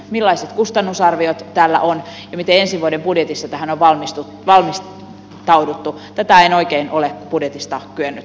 millaiset kustannusarviot tällä on ja miten ensi vuoden budjetissa tähän on valmistauduttu tätä en oikein ole budjetista kyennyt havaitsemaan